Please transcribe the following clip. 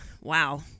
Wow